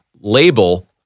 label